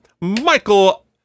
Michael